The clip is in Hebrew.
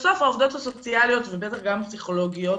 בסוף העובדות הסוציאליות, ובטח גם הפסיכולוגיות,